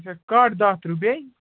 اچھا کَٹھ دَہ ترٛہ بیٚیہِ